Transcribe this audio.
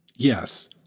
Yes